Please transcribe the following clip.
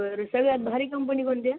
बरं सगळं आता भारी कंपनी कोणती आहे